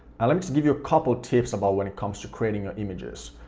and let me just give you a couple tips about when it comes to creating your images.